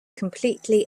completely